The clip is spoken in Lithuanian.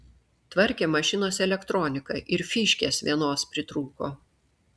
tvarkėm mašinos elektroniką ir fyškės vienos pritrūko